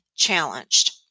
challenged